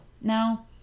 Now